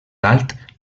dalt